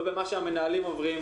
לא במה שהמנהלים עוברים,